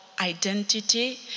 identity